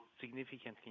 significantly